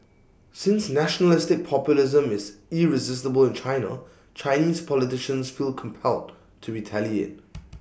since nationalistic populism is irresistible in China Chinese politicians feel compelled to retaliate